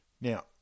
Now